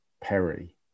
Perry